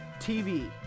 TV